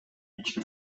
ички